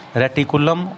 reticulum